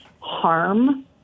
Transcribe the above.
harm